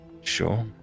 Sure